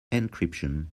encryption